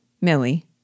Millie